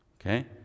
Okay